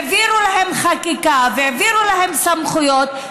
העבירו להן חקיקה, העבירו להן סמכויות.